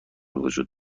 وجود